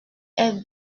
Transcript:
est